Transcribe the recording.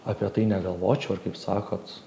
apie tai negalvočiau ar kaip sakot